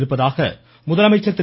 இருப்பதாக முதலமைச்சர் திரு